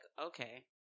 okay